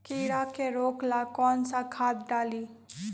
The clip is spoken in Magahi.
कीड़ा के रोक ला कौन सा खाद्य डाली?